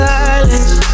Silence